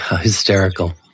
hysterical